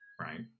right